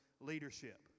leadership